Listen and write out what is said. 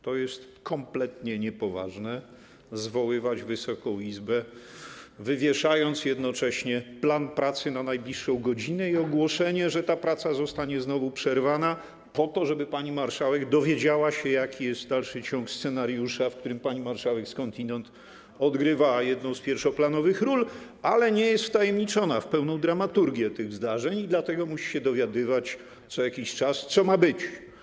To jest kompletnie niepoważne - zwoływać Wysoką Izbę, wywieszając jednocześnie plan pracy na najbliższą godzinę i ogłaszając, że ta praca zostanie znowu przerwana po to, żeby pani marszałek dowiedziała się, jaki jest dalszy ciąg scenariusza, w którym pani marszałek skądinąd odgrywała jedną z pierwszoplanowych ról, ale nie jest wtajemniczona w pełną dramaturgię tych zdarzeń i dlatego musi się dowiadywać co jakiś czas, co ma być.